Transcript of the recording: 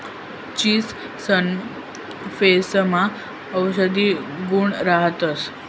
चीचसना फयेसमा औषधी गुण राहतंस